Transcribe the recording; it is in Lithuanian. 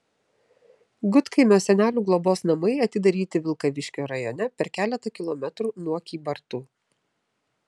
gudkaimio senelių globos namai atidaryti vilkaviškio rajone per keletą kilometrų nuo kybartų